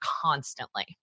constantly